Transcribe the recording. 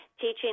teaching